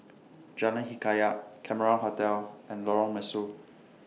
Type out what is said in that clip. Jalan Hikayat Cameron Hotel and Lorong Mesu